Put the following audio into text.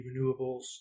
renewables